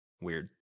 weird